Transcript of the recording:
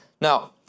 Now